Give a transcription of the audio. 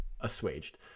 assuaged